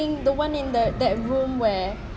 the one in the that room where